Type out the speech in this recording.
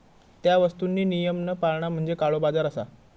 त्या वस्तुंनी नियम न पाळणा म्हणजे काळोबाजार असा